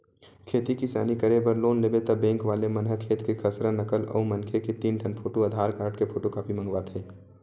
खेती किसानी करे बर लोन लेबे त बेंक वाले मन ह खेत के खसरा, नकल अउ मनखे के तीन ठन फोटू, आधार कारड के फोटूकापी मंगवाथे